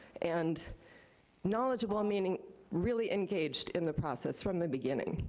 and knowledgeable meaning really engaged in the process from the beginning.